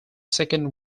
second